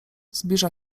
zbliża